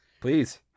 Please